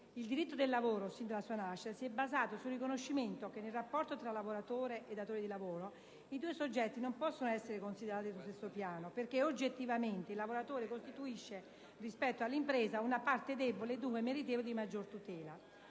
Il diritto del lavoro, sin dalla sua nascita, si è basato sul riconoscimento che nel rapporto tra lavoratore e datore di lavoro, i due soggetti non possono essere considerati sullo stesso piano perché, oggettivamente, il lavoratore costituisce, rispetto all'impresa, una parte debole e dunque meritevole di maggiore tutela.